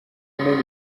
نمیدونند